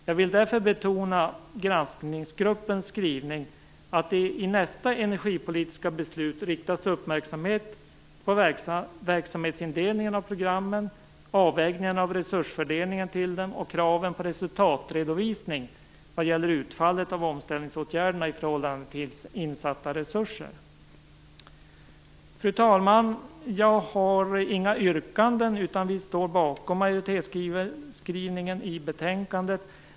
Jag vill därför betona granskningsgruppens skrivning om att det i nästa energipolitiska beslut riktas uppmärksamhet på verksamhetsindelningen av programmen, avvägningen av resursfördelningen till dem och kraven på resultatredovisning vad gäller utfallet av omställningsåtgärderna i förhållande till insatta resurser. Fru talman! Jag har inga yrkanden, utan vi står bakom majoritetsskrivningen i betänkandet.